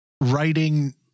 writing